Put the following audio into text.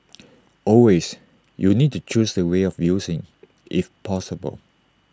always you need to choose the way of using if possible